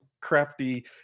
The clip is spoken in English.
crafty